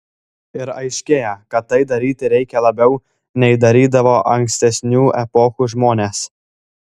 ir aiškėja kad tai daryti reikia labiau nei darydavo ankstesnių epochų žmonės